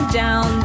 down